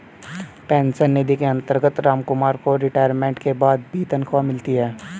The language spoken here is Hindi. पेंशन निधि के अंतर्गत रामकुमार को रिटायरमेंट के बाद भी तनख्वाह मिलती